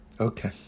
Okay